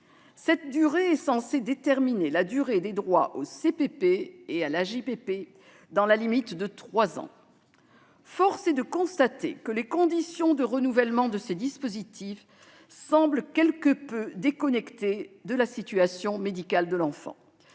Cette durée est censée déterminer celle des droits au CPP et à l'AJPP, dans la limite de trois ans. Force est de constater que les conditions de renouvellement de ces dispositifs sont quelque peu déconnectées de la situation médicale de l'enfant.